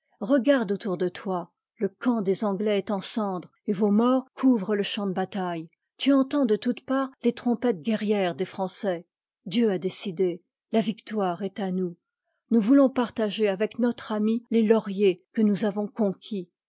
regarde autour de toi le camp des anglais est en cendres et vos morts couvrent le champ de bataille tu entends de toutes parts les trompettes guerrières des français dieu a décidé la victoire est à nous nous voulons partager avec notre ami les lauriers que nous avons conquis